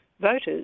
voters